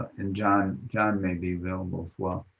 and john john may be available, as well.